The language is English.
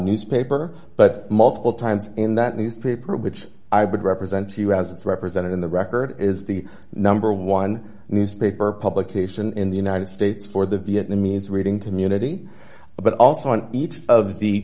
newspaper but multiple times in that newspaper which i would represent to you as it's represented in the record is the number one newspaper publication in the united states for the vietnamese reading to munity but also on each of the